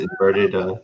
Inverted